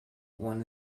one